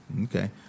Okay